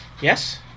Yes